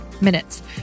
minutes